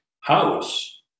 house